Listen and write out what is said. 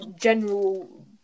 general